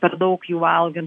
per daug jų valgan